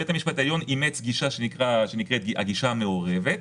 בית המשפט העליון אימץ גישה שנקראת הגישה המעורבת.